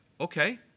Okay